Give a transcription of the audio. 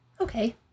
Okay